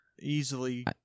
easily